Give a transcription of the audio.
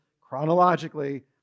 chronologically